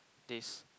this